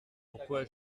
pourquoi